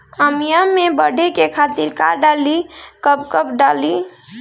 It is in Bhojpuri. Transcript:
आमिया मैं बढ़े के खातिर का डाली कब कब डाली?